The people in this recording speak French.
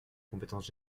compétence